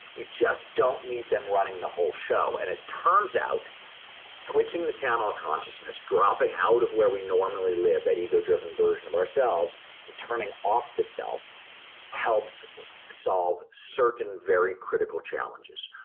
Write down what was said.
we just don't need them running the whole show. and it turns out switching the channel of consciousness, dropping out of where we normally live, that ego-driven version of ourselves and turning off the self helps solve certain very critical challenges,